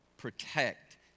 protect